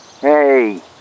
Hey